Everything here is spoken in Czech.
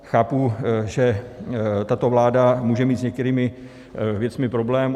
Chápu, že tato vláda může mít s některými věcmi problém.